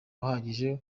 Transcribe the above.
uhagije